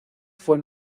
fue